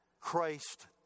Christ